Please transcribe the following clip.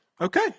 Okay